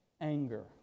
anger